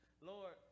Lord